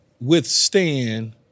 withstand